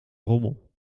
rommel